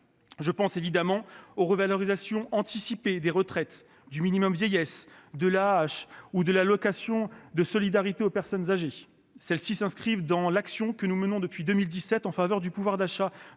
trop restrictive. La revalorisation anticipée des retraites, du minimum vieillesse, de l'AAH ou de l'allocation de solidarité aux personnes âgées (ASPA) s'inscrit dans l'action que nous menons depuis 2017 en faveur du pouvoir d'achat